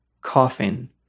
coughing